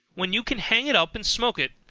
when you can hang it up and smoke it,